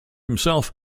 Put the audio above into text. himself